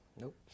Nope